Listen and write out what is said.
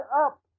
up